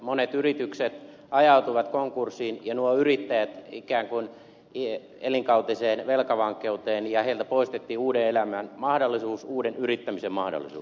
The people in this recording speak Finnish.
monet yritykset ajautuivat konkurssiin ja nuo yrittäjät ikään kuin elinkautiseen velkavankeuteen ja heiltä poistettiin uuden elämän mahdollisuus uuden yrittämisen mahdollisuus